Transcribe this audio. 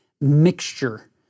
mixture